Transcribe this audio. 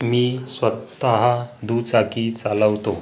मी स्वत दुचाकी चालवतो